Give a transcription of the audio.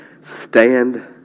Stand